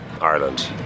Ireland